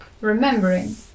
remembering